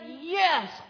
Yes